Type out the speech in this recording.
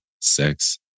sex